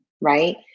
right